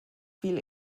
viel